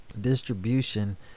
distribution